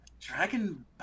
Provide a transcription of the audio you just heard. Dragon